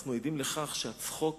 אנחנו עדים לכך שהצחוק